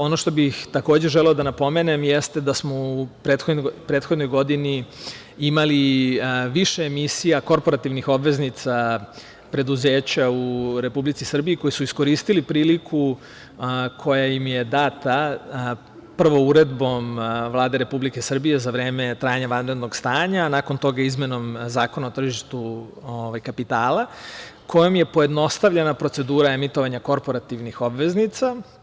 Ono što bih, takođe, želeo da napomenem jeste da smo u prethodnoj godini imali više emisija korporativnih obveznica preduzeća u Republici Srbiji koji su iskoristili priliku koja im je data prvo Uredbom Vlade Republike Srbije za vreme trajanja vanrednog stanja, a nakon toga izmenom Zakona o tržištu kapitala kojom je pojednostavljena procedura emitovanja korporativnih obveznica.